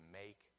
make